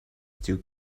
still